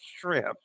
shrimp